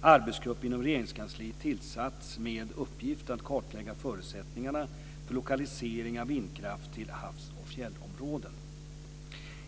arbetsgrupp inom Regeringskansliet tillsatts med uppgift att kartlägga förutsättningarna för lokalisering av vindkraft till havs och fjällområden.